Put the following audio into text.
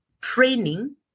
training